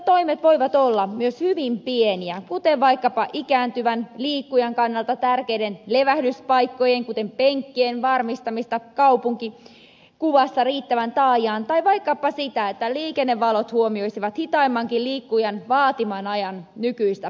mutta toimet voivat olla myös hyvin pieniä kuten vaikkapa ikääntyvän liikkujan kannalta tärkeiden levähdyspaikkojen kuten penkkien varmistamista kaupunkikuvassa riittävän taajaan tai vaikkapa sitä että liikennevalot huomioisivat hitaimmankin liikkujan vaatiman ajan nykyistä paremmin